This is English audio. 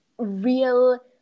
real